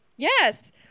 Yes